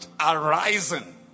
arising